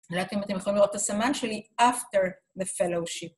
אני לא יודעת אם אתם יכולים לראות את הסמן שלי after the fellowship.